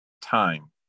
time